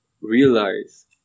realize